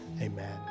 Amen